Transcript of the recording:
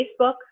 Facebook